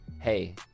Hey